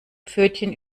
pfötchen